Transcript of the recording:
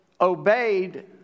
obeyed